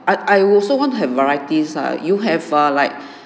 I I also want to have varieties ah do you have uh like